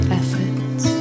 efforts